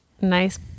nice